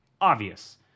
Obvious